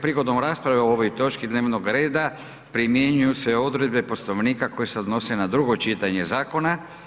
Prigodom rasprave o ovoj točki dnevnog reda primjenjuju se odredbe Poslovnika koje se odnose na drugo čitanje zakona.